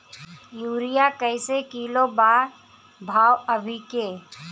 Urea कइसे kilo बा भाव अभी के?